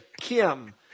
Kim